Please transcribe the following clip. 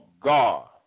God